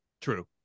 true